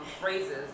phrases